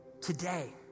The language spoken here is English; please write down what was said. today